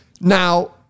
Now